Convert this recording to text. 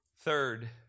Third